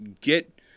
get